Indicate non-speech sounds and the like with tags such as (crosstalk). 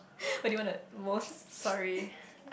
(laughs) what do you want the most (laughs)